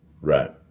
Right